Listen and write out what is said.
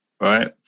right